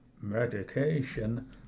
medication